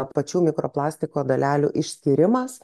pačių mikroplastiko dalelių išskyrimas